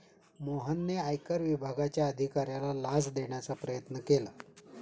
मोहनने आयकर विभागाच्या अधिकाऱ्याला लाच देण्याचा प्रयत्न केला